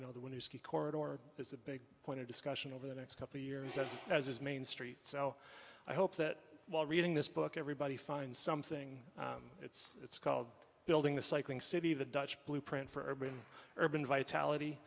know that when you ski corridor is a big point of discussion over the next couple of years as as his main street so i hope that while reading this book everybody finds something it's called building the cycling city the dutch blueprint for urban urban